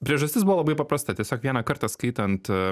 priežastis buvo labai paprasta tiesiog vieną kartą skaitant